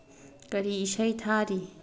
ꯀꯔꯤ ꯏꯁꯩ ꯊꯥꯔꯤ